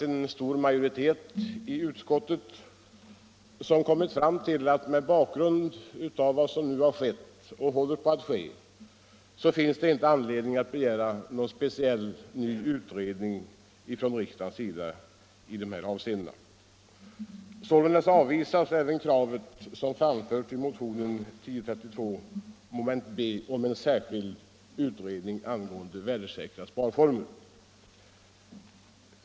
En stor majoritet i utskottet har kommit fram till att med hänsyn till vad som redan har skett och vad som håller på att ske har riksdagen ingen anledning att begära ny utredning i dessa avseenden. Sålunda avvisas det krav som framförs i motionen 1032 mom. b om en särskild utredning angående värdesäkra sparformer.